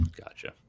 Gotcha